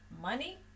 Money